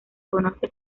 conoce